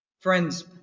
Friends